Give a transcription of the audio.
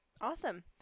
awesome